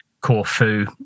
Corfu